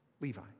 Levi